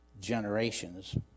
generations